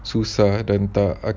susah and tak